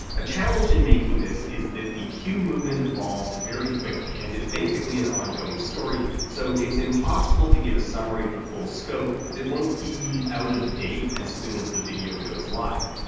a challenge in making this is that the q movement evolves very quickly and is basically an ongoing story, so it's impossible to give a summary of the full scope that won't be out of date as soon as the video goes live.